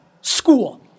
school